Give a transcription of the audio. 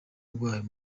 rwayo